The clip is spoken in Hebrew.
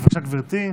בבקשה, גברתי.